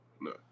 no